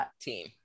team